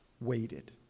waited